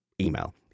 email